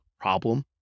problem